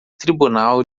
tribunal